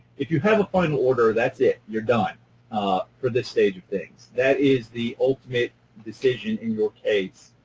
if you have a final order, that's it, you're done for this stage of things. that is the ultimate decision in your case,